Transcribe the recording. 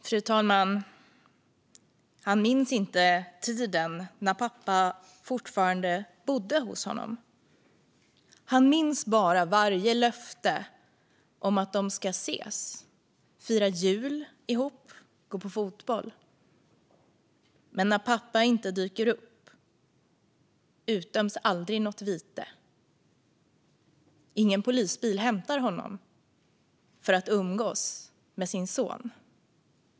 Fru talman! Han minns inte tiden när pappa fortfarande bodde hos honom. Han minns bara varje löfte om att de ska ses, fira jul ihop och gå på fotboll. Men när pappa inte dyker upp utdöms aldrig något vite. Ingen polisbil hämtar honom för att umgås med sin son.